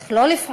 איך לא לפעול,